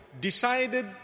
decided